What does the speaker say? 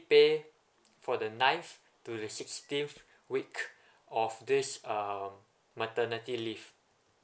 pay for the ninth to the sixteenth week of this um maternity leave